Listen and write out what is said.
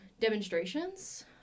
demonstrations